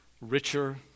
richer